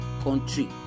country